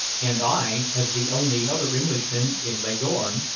and i, as the only other englishman in leghorn,